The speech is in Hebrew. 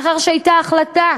לאחר שהייתה החלטה